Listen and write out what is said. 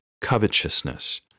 covetousness